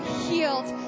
healed